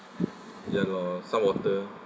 ya lor some water